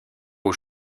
aux